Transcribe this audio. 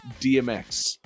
DMX